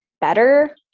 better